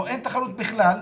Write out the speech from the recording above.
פה אין תחרות בכלל,